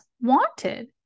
wanted